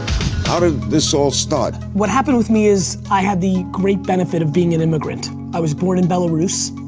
ah but ah this all start? what happened with me is, i had the great benefit of being an immigrant. i was born in belarus,